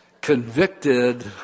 convicted